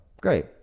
great